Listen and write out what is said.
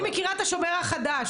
אני מכירה את השומר החדש,